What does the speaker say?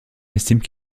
estiment